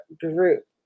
group